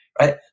Right